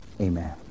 Amen